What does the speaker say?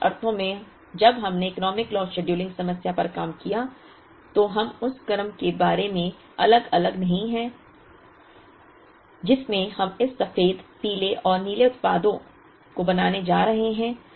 अब कुछ अर्थों में जब हमने इकोनॉमिक लॉट शेड्यूलिंग समस्या पर काम किया तो हम उस क्रम के बारे में अलग अलग नहीं हैं जिसमें हम इस सफेद पीले और नीले उत्पादों को बनाने जा रहे हैं